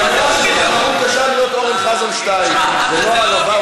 היא אמרה שזו תחרות קשה להיות אורן חזן 2. זו לא העלבה,